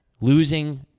losing